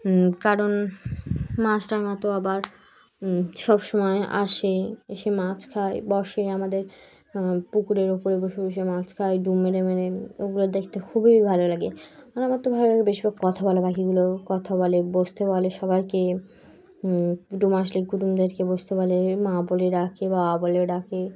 কারণ মাছরাঙা তো আবার সবসময় আসে এসে মাছ খায় বসে আমাদের পুকুরের ওপরে বসে বসে মাছ খায় ডুব মেরে মেরে ওগুলো দেখতে খুবই ভালো লাগে আর আমার তো ভালো লাগে বেশিরভাগ কথা বলা পাখিগুলো কথা বলে বসতে বলে সবাইকে কুটুম আসলে কুটুমদেরকে বসতে বলে মা বলে ডাকে বাবা বলে ডাকে